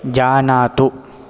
जानातु